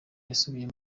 basubiye